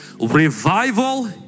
Revival